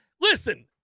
Listen